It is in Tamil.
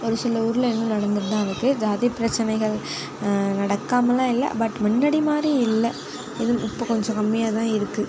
ஒரு சில ஊர்ல இன்னும் நடந்துட்டுதான் இருக்குது ஜாதி பிரச்சனைகள் நடக்காமலாம் இல்லை பட் முன்னாடி மாதிரி இல்லை இது இப்போ கொஞ்சம் கம்மியாகதான் இருக்குது